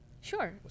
Sure